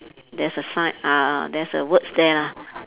there's a sign uh there's a words there lah